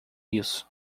isso